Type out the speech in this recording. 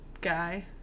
guy